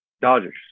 Dodgers